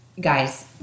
guys